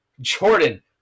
jordan